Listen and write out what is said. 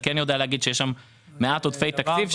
אני כן יודע לומר שיש שם מעט עודפי תקציב.